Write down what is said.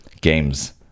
Games